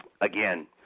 Again